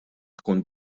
tkun